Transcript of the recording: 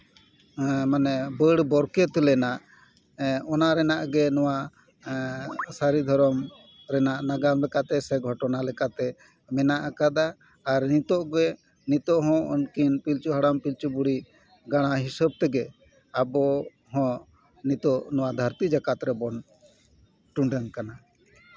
ᱵᱟᱹᱲ ᱵᱚᱨᱠᱮᱛ ᱞᱮᱱᱟ ᱚᱱᱟ ᱨᱮᱱᱟᱜ ᱜᱮ ᱱᱚᱣᱟ ᱥᱟᱹᱨᱤ ᱫᱷᱚᱨᱚᱢ ᱨᱮᱱᱟᱜ ᱱᱟᱜᱟᱢ ᱞᱮᱠᱟᱛᱮ ᱥᱮ ᱜᱷᱚᱴᱚᱱᱟ ᱞᱮᱠᱟᱛᱮ ᱢᱮᱱᱟᱜ ᱟᱠᱟᱫᱟ ᱟᱨ ᱱᱤᱛᱚᱜ ᱜᱮ ᱱᱤᱛᱚᱜ ᱦᱚᱸ ᱩᱱᱠᱤᱱ ᱯᱤᱞᱪᱩ ᱦᱟᱲᱟᱢ ᱯᱤᱞᱪᱩ ᱵᱩᱲᱦᱤ ᱜᱟᱲᱟ ᱦᱤᱥᱟᱹᱵ ᱛᱮᱜᱮ ᱟᱵᱚ ᱦᱚᱸ ᱱᱤᱛᱚᱜ ᱱᱚᱣᱟ ᱫᱷᱟᱹᱨᱛᱤ ᱡᱟᱠᱟᱛ ᱨᱮᱵᱚᱱ ᱴᱩᱰᱟᱹᱝ ᱠᱟᱱᱟ